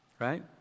right